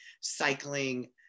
cycling